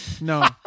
no